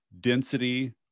density